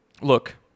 Look